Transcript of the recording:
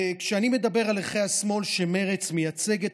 כשאני מדבר על ערכי השמאל שמרצ מייצגת,